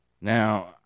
Now